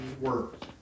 work